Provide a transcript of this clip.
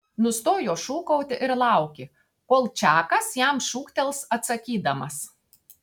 nustojo šūkauti ir laukė kol čakas jam šūktels atsakydamas